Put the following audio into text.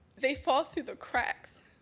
they fall through the cracks,